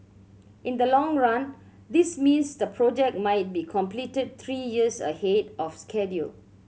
in the long run this means the project might be completed three years ahead of schedule